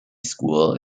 school